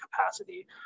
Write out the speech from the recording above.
capacity